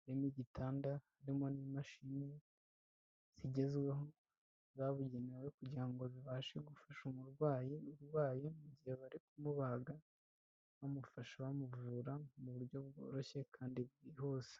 harimo igitanda harimo n'imashini zigezweho zabugenewe kugira ngo bibashe gufasha umurwayi mu gihe bari kumubaga bamufasha bamuvura mu buryo bworoshye kandi bwihuse.